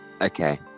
Okay